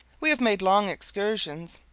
we have made long excursions,